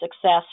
success